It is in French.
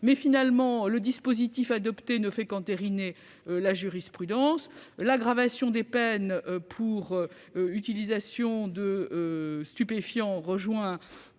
Mais, finalement, le dispositif adopté ne fait qu'entériner la jurisprudence. L'aggravation des peines pour utilisation de stupéfiants et